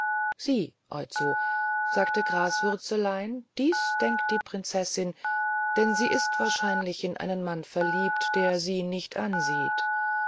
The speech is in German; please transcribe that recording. sieh oizo sagte graswürzelein dies denkt die prinzessin denn sie ist wahrscheinlich in einen mann verliebt der sie nicht ansieht